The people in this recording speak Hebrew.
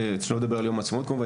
שלא לדבר על יום העצמאות כמובן,